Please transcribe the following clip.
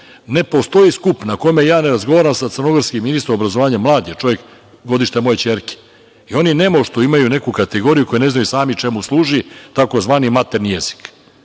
postoji skup na kome ja ne razgovaram sa crnogorskim ministrom obrazovanja, mlad je čovek, godište moje ćerke. I oni nemuštu imaju neku kategoriju, koju ne znaju ni sami čemu služi, takozvani maternji jezik.